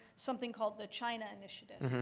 something called the china initiative.